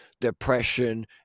depression